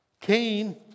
Cain